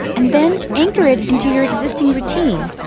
and then anchor it into your existing routine.